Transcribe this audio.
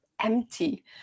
empty